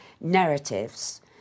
narratives